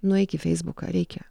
nueik į feisbuką reikia